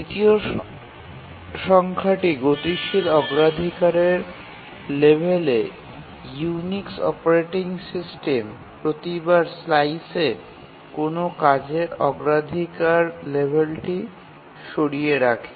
দ্বিতীয় সংখ্যাটি গতিশীল অগ্রাধিকারের লেভেলে ইউনিক্স অপারেটিং সিস্টেম প্রতিবার স্লাইসে কোনও কাজের অগ্রাধিকার লেভেলটি সরিয়ে রাখে